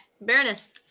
Baroness